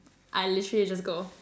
I literally just go